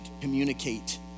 communicate